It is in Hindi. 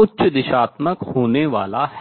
उच्च दिशात्मक होने वाला है